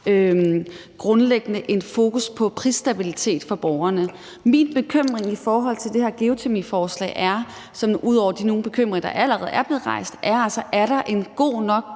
grundlæggende fokus på prisstabilitet for borgerne. Min bekymring i forhold til det her geotermiforslag – sådan ud over nogle af de bekymringer, der allerede er blevet rejst – er altså: Er der en god nok